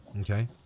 Okay